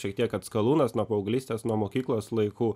šiek tiek atskalūnas nuo paauglystės nuo mokyklos laikų